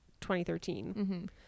2013